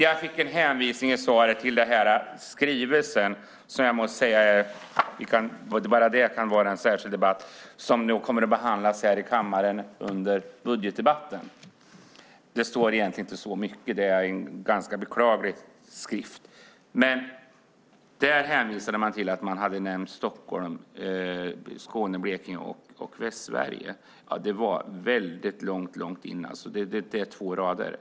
Jag fick en hänvisning i svaret till en skrivelse, som bara den skulle kunna föranleda en särskild debatt. Den kommer att behandlas här i kammaren under budgetdebatten. Det står egentligen inte så mycket där; det är en ganska beklaglig skrift. Man hänvisar till att Stockholm, Skåne, Blekinge och Västsverige nämns där. Det satt långt inne; det handlar om två rader.